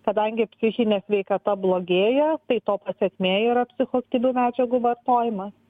kadangi psichinė sveikata blogėja tai to pasekmė yra psichoaktyvių medžiagų vartojimas